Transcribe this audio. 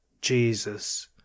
Jesus